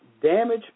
Damage